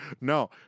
no